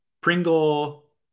Pringle